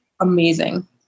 amazing